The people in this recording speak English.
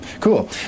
Cool